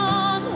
on